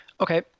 Okay